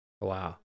Wow